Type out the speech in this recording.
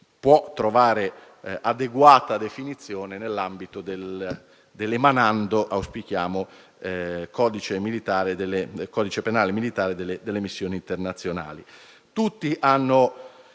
può trovare adeguata normazione nell'ambito dell'emanando - auspichiamo - codice penale militare per le missioni internazionali.